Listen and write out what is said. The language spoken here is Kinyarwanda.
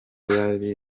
bari